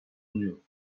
sunuyoruz